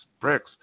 bricks